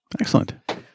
Excellent